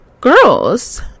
girls